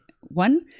One